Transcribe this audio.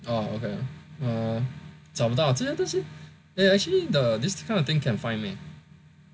oh okay uh 找不到 they actually the this kind of thing can find meh